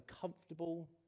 comfortable